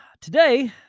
Today